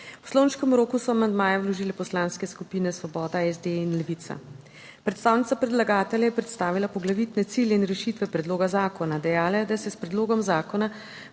V poslovniškem roku so amandmaje vložile Poslanske skupine Svoboda, SD in Levica. Predstavnica predlagatelja je predstavila poglavitne cilje in rešitve predloga zakona. Dejala je, da se s predlogom zakona